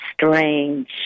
strange